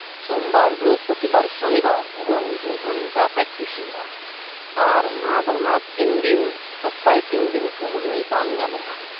ᱥᱚᱢᱵᱟᱨ ᱵᱨᱤᱦᱚᱥᱯᱚᱛᱤᱵᱟᱨ ᱥᱚᱱᱤᱵᱟᱨ ᱮᱵᱚᱝ ᱫᱩᱜᱷᱚᱱᱴᱟ ᱯᱮᱠᱴᱤᱥ ᱦᱩᱭᱩᱜᱼᱟ ᱟᱨ ᱚᱱᱟᱫᱚ ᱚᱱᱟ ᱛᱤᱱᱫᱤᱱ ᱥᱚᱯᱛᱟᱦᱚᱨᱮ ᱛᱤᱱᱫᱤᱱ ᱠᱟᱹᱢᱦᱟᱹᱭ ᱵᱟᱝ ᱜᱟᱱᱚᱜᱼᱟ